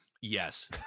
Yes